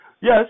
yes